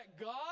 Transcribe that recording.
God